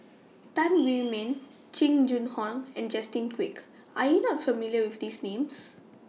Tan Wu Meng Jing Jun Hong and Justin Quek Are YOU not familiar with These Names